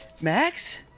Max